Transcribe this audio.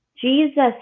Jesus